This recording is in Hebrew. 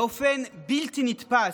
באופן בלתי נתפס,